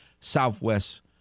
Southwest